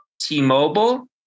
T-Mobile